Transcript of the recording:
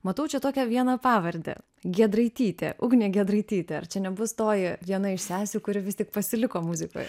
matau čia tokią vieną pavardę giedraitytė ugnė giedraitytė ar čia nebus toji viena iš sesių kuri vis tik pasiliko muzikoje